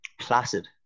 placid